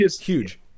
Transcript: Huge